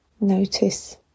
Notice